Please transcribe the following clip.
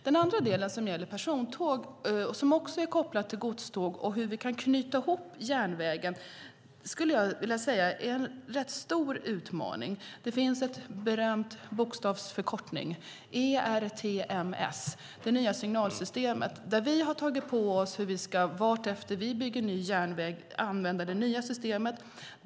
Den andra delen gäller persontåg och är också kopplad till godståg och hur vi kan knyta ihop järnvägen. Det skulle jag vilja säga är en rätt stor utmaning. Det finns en berömd bokstavsförkortning: ERTMS. Det är det nya signalsystemet, där vi har tagit på oss att använda det systemet vartefter vi bygger ny järnväg.